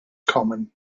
common